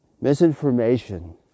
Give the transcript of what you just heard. misinformation